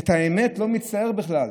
את האמת, לא מצטער בכלל.